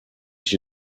ich